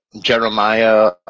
Jeremiah